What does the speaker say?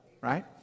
right